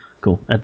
Cool